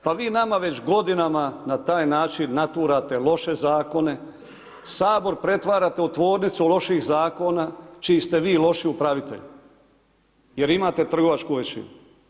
Pa vi nama već godinama na taj način naturate loše zakone, Sabor pretvarate u tvornicu loših zakona čiji ste vi loši upravitelj jer imate trgovačku većinu.